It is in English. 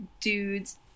dudes